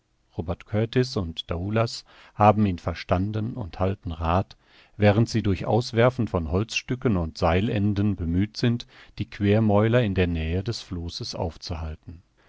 robert kurtis und daoulas haben ihn verstanden und halten rath während sie durch auswerfen von holzstücken und seilenden bemüht sind die quermäuler in der nähe des flosses aufzuhalten